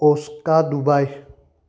অ'স্কা Dubai